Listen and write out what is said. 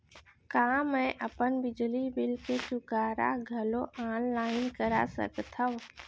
का मैं अपन बिजली बिल के चुकारा घलो ऑनलाइन करा सकथव?